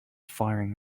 firing